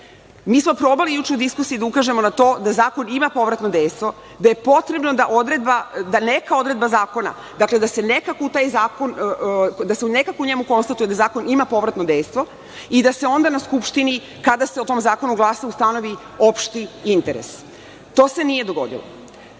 smo probali juče u diskusiji da ukažemo na to da zakon ima povratno dejstvo, da je potrebno da neka odredba zakona, da se nekako u njemu konstatuje da zakon ima povratno dejstvo i da se onda na Skupštini, kada se o tom zakonu glasa, ustanovi opšti interes. To se nije dogodilo. Dakle,